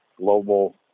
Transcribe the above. global